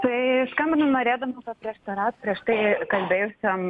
tai skambinu norėdama paprieštaraut prieš tai kalbėjusiam